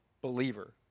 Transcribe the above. believer